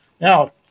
Now